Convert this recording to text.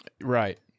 Right